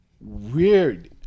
weird